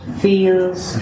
feels